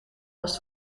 last